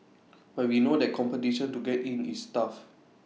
but we know that competition to get in is tough